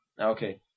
Okay